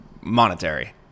monetary